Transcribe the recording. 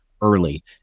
early